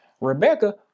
Rebecca